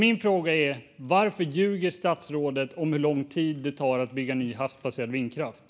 Min fråga är: Varför ljuger statsrådet om hur lång tid det tar att bygga ny havsbaserad vindkraft?